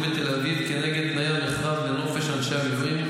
בתל אביב כנגד תנאי המכרז לנופש אנשי המילואים.